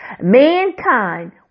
Mankind